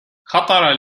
خطر